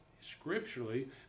scripturally